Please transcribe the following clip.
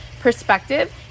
perspective